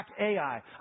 AI